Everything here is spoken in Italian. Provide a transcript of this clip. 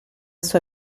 sua